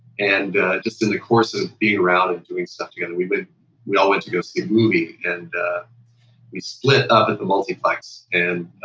and just in the course of being routed doing stuff together, we but we all went to go see a movie and we split up at the multiplex, and